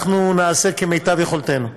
אנחנו נעשה כמיטב יכולתנו,